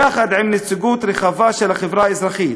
יחד עם נציגות רחבה של החברה האזרחית,